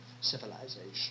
civilization